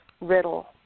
riddle